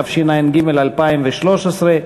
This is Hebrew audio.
התשע"ג 2013,